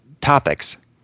topics